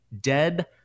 dead